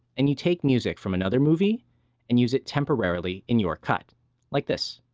and you take music from another movie and use it temporarily in your cut like this